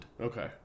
Okay